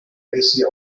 grecia